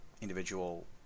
individual